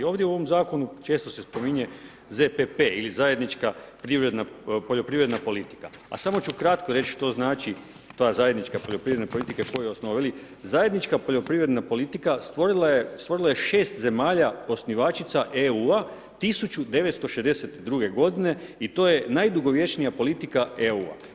Ovdje u ovom zakonu često se spominje ZPP ili zajednička poljoprivredna politika a samo ću kratko reći što znači ta zajednička poljoprivredna politika, tko ju je osnovao, veli zajednička poljoprivredna politika stvorila je 6 zemalja osnivačica EU-a, 1962. g. i to je najdugovječnija politika EU-a.